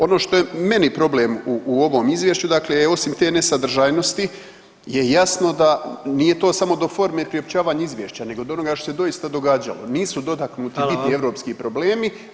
Ono što je meni problem u ovom Izvješću dakle je osim te nesadržajnosti je jasno da nije to samo do forme priopćavanja izvješća, nego do onoga što se doista događalo nisu dotaknuti niti europski problemi.